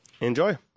Enjoy